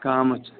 काम अच्छा